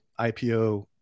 IPO